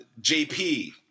JP